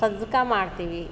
ಸಜ್ಜಿಗೆ ಮಾಡ್ತೀವಿ